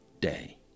day